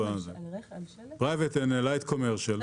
פרייבט אנד לייט קומרשל.